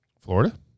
Florida